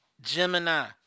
Gemini